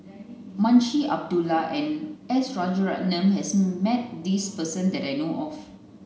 Munshi Abdullah and S Rajaratnam has met this person that I know of